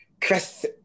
Chris